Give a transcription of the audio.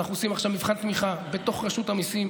ואנחנו עושים עכשיו מבחן תמיכה בתוך רשות המיסים